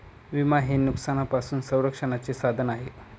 विमा हे नुकसानापासून संरक्षणाचे साधन आहे